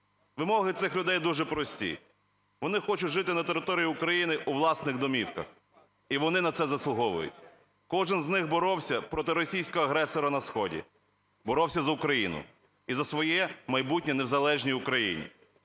Вимоги цих людей дуже прості. Вони хочуть жити на території України у власних домівках, і вони на це заслуговують. Кожен з них боровся проти російського агресора на сході, боровся за Україну і за своє майбутнє в незалежній Україні.